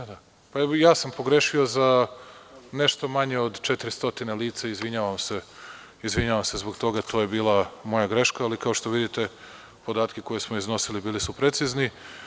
I ja sam pogrešio za nešto manje od 400 lica, izvinjavam se zbog toga, to je bila moja greška, ali, kao što vidite podatke koje smo iznosili, bili su precizni.